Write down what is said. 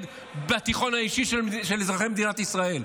הביטחון האישי של אזרחי מדינת ישראל.